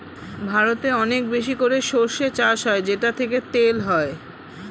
ভারতে অনেক বেশি করে সরষে চাষ হয় যেটা থেকে তেল হয়